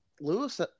Lewis